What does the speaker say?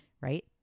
right